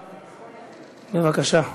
בבקשה.